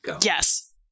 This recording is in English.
Yes